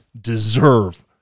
deserve